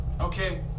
Okay